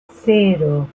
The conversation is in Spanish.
cero